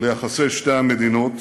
ליחסי שתי המדינות,